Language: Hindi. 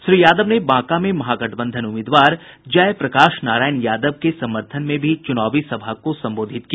श्री यादव ने बांका में महागठबंधन उम्मीदवार जयप्रकाश नारायण यादव के समर्थन में भी चुनावी सभा को संबोधित किया